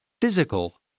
Physical